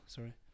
Sorry